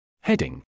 Heading